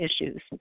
issues